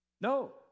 No